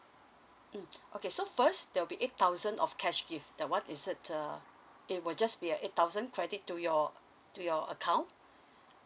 mm okay so first there'll be eight thousand of cash gift that one is it uh it will just be uh eight thousand credit to your to your account